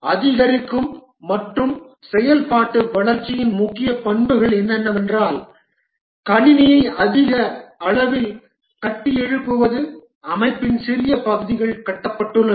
அதிகரிக்கும் மற்றும் செயல்பாட்டு வளர்ச்சியின் முக்கிய பண்புகள் என்னவென்றால் கணினியை அதிக அளவில் கட்டியெழுப்புவது அமைப்பின் சிறிய பகுதிகள் கட்டப்பட்டுள்ளன